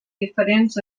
diferents